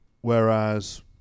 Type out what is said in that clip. whereas